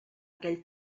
aquell